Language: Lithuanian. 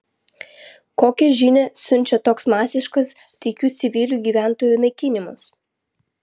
kokią žinią siunčia toks masiškas taikių civilių gyventojų naikinimas